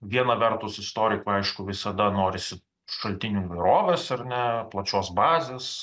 viena vertus istorikui aišku visada norisi šaltinių įvairovės ar ne plačios bazės